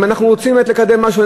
אם אנחנו רוצים באמת לקדם משהו,